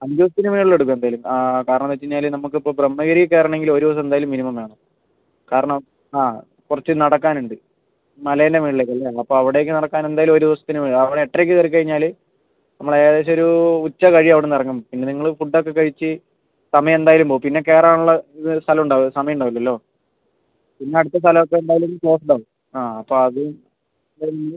അഞ്ച് ദിവസത്തിന് മുകളിലെടുക്കും എന്തായാലും കാരണം എന്ന് വെച്ചുകഴിഞ്ഞാൽ നമുക്കിപ്പോൾ ബ്രഹ്മഗിരി കയറണമെങ്കിൽ ഒരു ദിവസം എന്തായാലും മിനിമം വേണം കാരണം ആ കുറച്ച് നടക്കാൻ ഉണ്ട് മലേൻ്റെ മുകളിലേക്ക് അല്ലേ അപ്പോൾ അവിടേക്ക് നടക്കാൻ എന്തായാലും ഒരു ദിവസത്തിന് മേൽ അവിടെ എട്ടരയ്ക്ക് കയറിക്കഴിഞ്ഞാൽ നമ്മൾ ഏകദേശം ഒരു ഉച്ച കഴിയും അവിടെ നിന്ന് ഇറങ്ങുമ്പോൾ പിന്നെ നിങ്ങൾ ഫുഡ് ഒക്കെ കഴിച്ച് സമയം എന്തായാലും പോവും പിന്നെ കയറാനുള്ള സ്ഥലം ഉണ്ടാവില്ല സമയം ഉണ്ടാവില്ലല്ലോ പിന്നെ അടുത്ത സ്ഥലം ഒക്കെ എന്തായാലും ക്ലോസ്ഡ് ആവും ആ അപ്പോൾ അതും എന്തായാലും